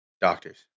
Doctors